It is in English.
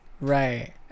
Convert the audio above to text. Right